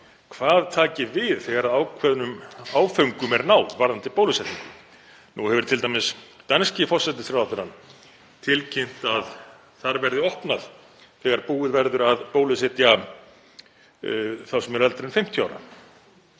hvað taki við þegar ákveðnum áföngum er náð varðandi bólusetningu. Nú hefur danski forsætisráðherrann t.d. tilkynnt að þar verði opnað þegar búið verður að bólusetja þá sem eru eldri en 50 ára